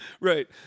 Right